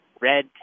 Red